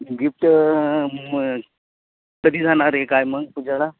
gift मग कधी जाणार आहे काय मग पूजाला